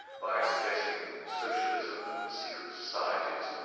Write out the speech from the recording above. by suggesting socialism and secret societies.